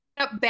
up